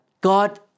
God